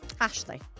Ashley